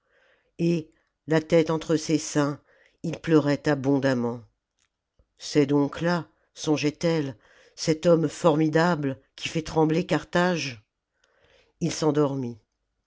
et la tête entre ses seins il pleurait abondamment c'est donc là songeait-elle cet homme formidable qui fait trembler carthage il s'endormit